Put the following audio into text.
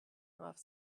off